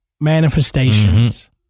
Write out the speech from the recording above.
manifestations